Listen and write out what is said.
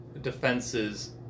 defenses